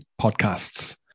podcasts